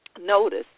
notice